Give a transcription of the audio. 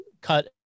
cut